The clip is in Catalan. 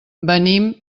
venim